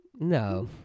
no